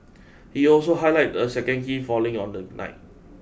he also highlight a second key falling on the night